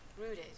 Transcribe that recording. rooted